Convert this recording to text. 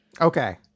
okay